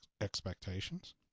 expectations